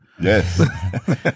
Yes